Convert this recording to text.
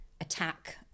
attack